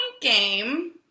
game